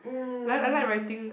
mm